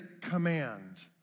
command